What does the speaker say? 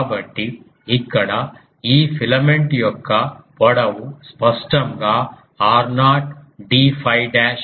కాబట్టి ఇక్కడ ఈ ఫిలమెంట్ యొక్క పొడవు స్పష్టంగా r0 d 𝛟 డాష్